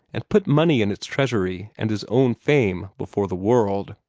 and put money in its treasury and his own fame before the world.